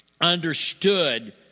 understood